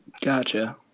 Gotcha